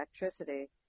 electricity